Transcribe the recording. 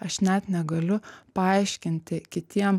aš net negaliu paaiškinti kitiem